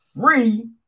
free